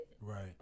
right